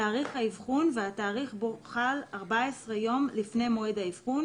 תאריך האבחון והתאריך בו חל 14 יום לפני מועד האבחון,